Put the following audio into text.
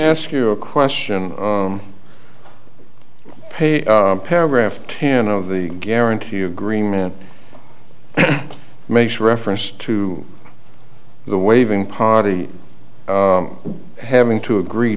ask you a question on pay paragraph ten of the guarantee agreement makes reference to the waiving party having to agree